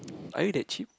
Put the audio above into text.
are you that cheap